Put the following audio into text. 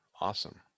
Awesome